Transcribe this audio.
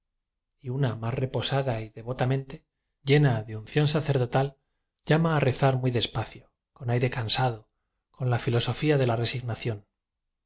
y una más reposada y devotamente llena de unción sacerdotal llama a rezar muy des pacio con aire cansado con la filosofía de la resignación